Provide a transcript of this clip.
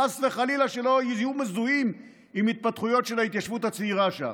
חס וחלילה שיהיו מזוהים עם התפתחויות של ההתיישבות הצעירה שם.